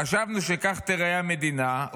חשבנו שכך תיראה המדינה,